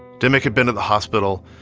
dimick had been at the hospital,